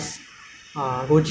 or you get plastic surgery ya